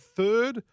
third